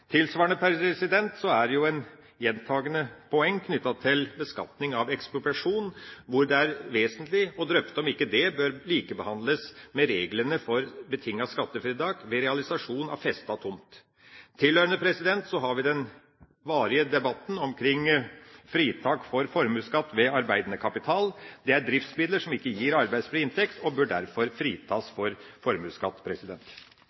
Tilsvarende er det jo et gjentakende poeng knyttet til beskatning ved ekspropriasjon, hvor det er vesentlig å drøfte om ikke det bør likebehandles med reglene for betinget skattefritak ved realisasjon av festet tomt. Tilhørende har vi den varige debatten omkring fritak for formuesskatt ved arbeidende kapital. Det er driftsmidler som ikke gir arbeidsfri inntekt, og bør derfor fritas